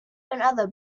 another